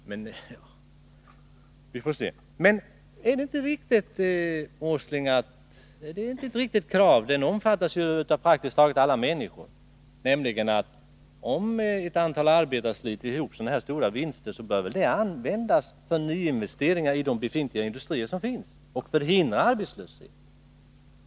Men vi får se hur det går. Om ett antal arbetare sliter ihop så stora vinster är det väl ändå ett rimligt krav — som också omfattas av praktiskt taget alla människor — att en del av pengarna används för nyinvesteringar i befintliga industrier, detta för att förhindra arbetslöshet.